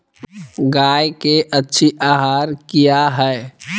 गाय के अच्छी आहार किया है?